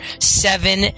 seven